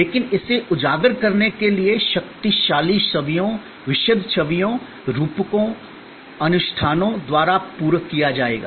लेकिन इसे उजागर करने के लिए शक्तिशाली छवियों विशद छवियों रूपकों अनुष्ठानों द्वारा पूरक किया जाएगा